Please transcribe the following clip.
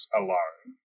alone